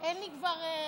אין לי כבר אוויר,